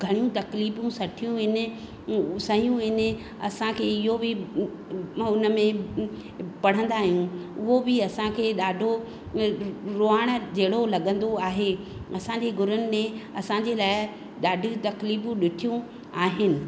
घणियूं तकलीफ़ूं सठियूं आहिनि उ सहियूं आहिनि असांखे इहो बि उनमे पढ़ंदा आहियूं उहो बि असांखे ॾाढो रोआण जहिड़ो लॻंदो आहे असांजे गुरुनि असांजे लाइ ॾाढियूं तकलीफूं ॾिठियूं आहिनि